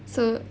so